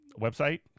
website